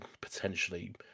potentially